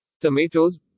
tomatoes